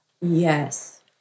Yes